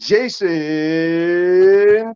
Jason